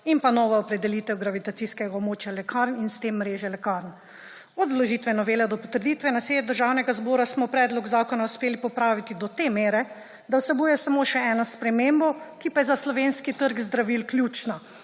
in pa nova opredelitev gravitacijskega območja lekarn in s tem mreže lekarn. Od vložitve novele do potrditve na seji Državnega zbora smo predlog zakona uspeli popraviti do te mere, da vsebuje samo še eno spremembo, ki pa je za slovenski trg zdravil ključna,